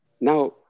Now